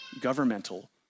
Governmental